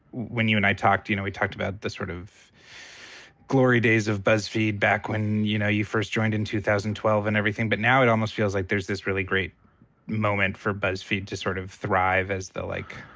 when you and i talked, you know, we talked about the sort of glory days of buzzfeed back when, you know, you first joined in two thousand and twelve and everything. but now it almost feels like there's this really great moment for buzzfeed to sort of thrive as the, like,